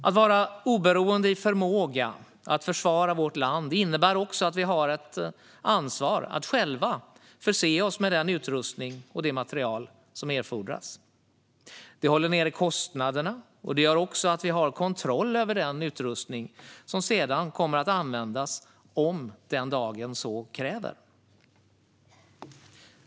Att vara oberoende i förmåga att försvara vårt land innebär också att vi har ett ansvar att själva förse oss med den utrustning och den materiel som erfordras. Det håller nere kostnaderna, och det gör att vi har kontroll över den utrustning som sedan kommer att användas den dag det så krävs.